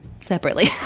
separately